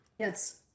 Yes